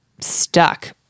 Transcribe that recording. stuck